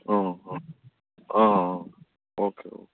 હા ઓકે